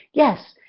yes.